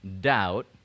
Doubt